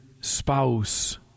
spouse